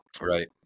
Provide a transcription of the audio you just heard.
Right